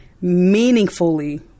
meaningfully